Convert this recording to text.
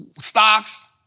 stocks